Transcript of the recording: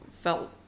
felt